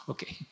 Okay